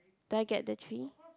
do I get the three